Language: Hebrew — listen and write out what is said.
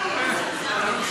בסדר.